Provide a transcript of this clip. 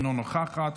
אינה נוכחת,